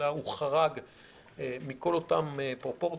אלא הוא חרג מכל אותן פרופורציות.